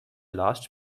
last